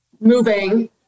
moving